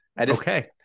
okay